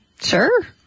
sure